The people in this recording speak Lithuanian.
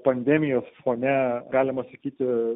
pandemijos fone galima sakyti